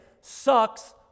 sucks